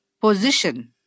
Position